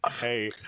Hey